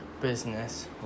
business